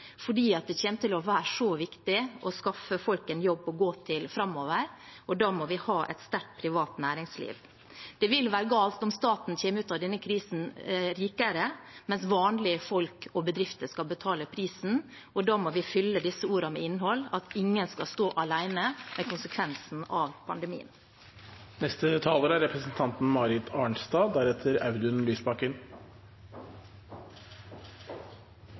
fordi det kommer til å være så viktig å skaffe folk en jobb å gå til framover. Da må vi ha et sterkt privat næringsliv. Det vil være galt om staten kommer ut av denne krisen rikere, mens vanlige folk og bedrifter skal betale prisen. Da må vi fylle disse ordene med innhold: «ingen skal stå igjen alene» med konsekvensene av pandemien. Jeg vil også få lov til å takke for redegjørelsen. Folk er